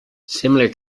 similar